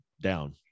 down